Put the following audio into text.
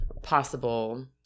Possible